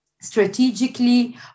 strategically